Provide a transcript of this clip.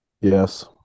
Yes